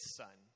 son